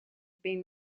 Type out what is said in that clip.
been